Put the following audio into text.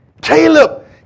Caleb